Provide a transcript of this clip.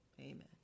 amen